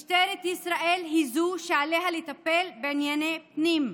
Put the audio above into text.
משטרת ישראל היא זו שעליה לטפל בענייני פנים.